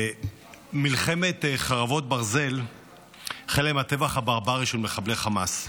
מלחמת חרבות ברזל החלה עם הטבח הברברי של מחבלי תמאס.